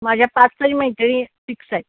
माझ्या पाच तरी मैत्रिणी फिक्स आहेत